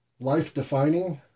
life-defining